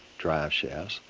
driveshafts,